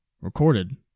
Recorded